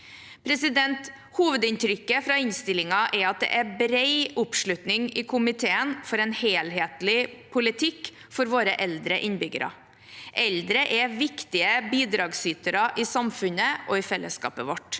Hovedinntrykket fra innstillingen er at det er bred oppslutning i komiteen for en helhetlig politikk for våre eldre innbyggere. Eldre er viktige bidragsytere i samfunnet og fellesskapet vårt.